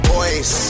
Boys